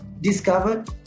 Discovered